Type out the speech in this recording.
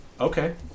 Okay